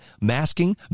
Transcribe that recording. masking